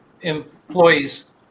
employees